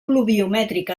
pluviomètric